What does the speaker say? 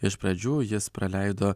iš pradžių jis praleido